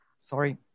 sorry